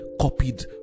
copied